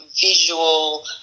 visual